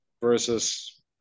versus